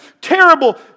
terrible